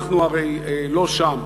אנחנו הרי לא שם.